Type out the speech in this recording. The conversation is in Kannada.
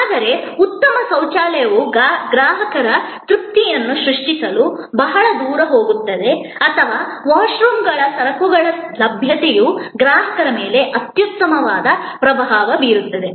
ಆದರೆ ಉತ್ತಮ ಶೌಚಾಲಯವು ಗ್ರಾಹಕರ ತೃಪ್ತಿಯನ್ನು ಸೃಷ್ಟಿಸಲು ಬಹಳ ದೂರ ಹೋಗುತ್ತದೆ ಅಥವಾ ವಾಶ್ರೂಮ್ಗಳ ಸರಕುಗಳ ಲಭ್ಯತೆಯು ಗ್ರಾಹಕರ ಮೇಲೆ ಅತ್ಯುತ್ತಮವಾದ ಪ್ರಭಾವ ಬೀರುತ್ತದೆ